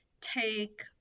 take